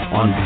on